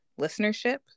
listenership